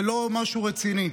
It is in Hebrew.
זה לא משהו רציני.